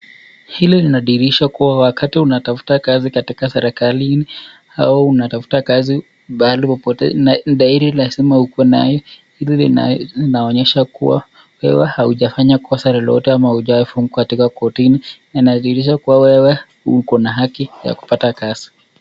Hili linadhihirisha kuwa wakati unatafuta kazi katika serikali au unatafuta kazi pahali popote ni dhahiri lazima ukue nayo hili linaonyesha kuwa wewe haujafanya kosa lolote ama hujewai fungwa katika kortini inathihirisha kuwa wewe una haki ya kupata kazi.